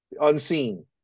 unseen